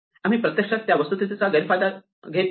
आम्ही प्रत्यक्षात त्या वस्तुस्थितीचा गैरफायदा घेत नाही